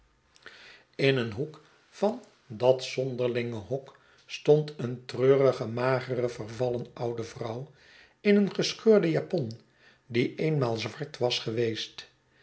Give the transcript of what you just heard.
in een hoek van dat zonderlinge hok stond een treurige magere vervallen oude vrouw in een gescheurden japon die eenmaal zwart was geweest